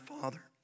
Father